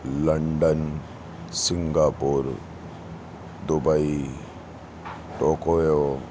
London Singapore Dubai Tokyo